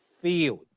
field